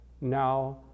now